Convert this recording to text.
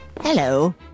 Hello